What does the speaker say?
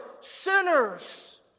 sinners